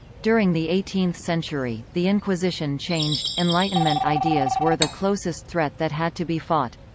during the eighteenth century, the inquisition changed enlightenment ideas were the closest threat that had to be fought.